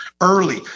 early